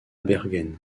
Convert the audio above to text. bergen